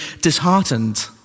disheartened